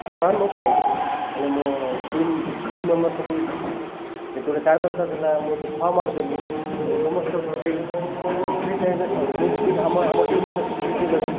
ଛଅ ରନ୍ ମୁଁ ପାଇଗଲି ହେଲେ ମୋ ଟିମ୍ ଟିମ୍ ମେମ୍ବର ସବୁ ଖୁସି ଯେତେବେଳେ ଚାରି ଦରକାର ଥିଲା ମୁଁ ତ ଛଅ ମାଡ଼ି ଦେଲି ହେଲେ ସମସ୍ତେ ଖୁସି ହେଲେ ଖୁସି ଟାଇପ୍ରେ ମୁଁ ଜଦି ଆମ ଆମ ଟିମ୍ ମନେ ସବୁ ଜିତି କଲେ